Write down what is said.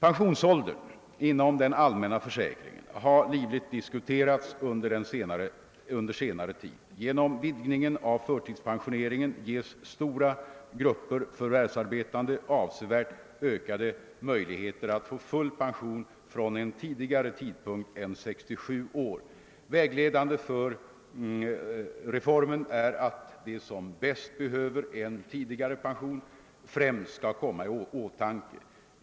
Pensionsåldern inom den allmänna försäkringen har livligt diskuterats under senare tid. Genom vidgningen av förtidspensioneringen ges stora grupper förvärvsarbetande avsevärt ökade möjligheter att få full pension från en tidigare tidpunkt än 67 år. Vägledande för reformen är att de som bäst behöver en tidigare pension främst skall komma i åtanke.